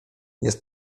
jest